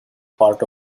part